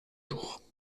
jours